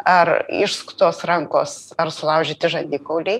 ar išsuktos rankos ar sulaužyti žandikauliai